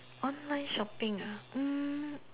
online shopping ah hmm